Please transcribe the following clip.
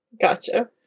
Gotcha